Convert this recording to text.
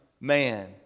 man